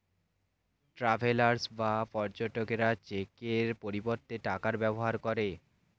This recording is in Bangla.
ট্রাভেলার্স বা পর্যটকরা চেকের পরিবর্তে টাকার ব্যবহার করে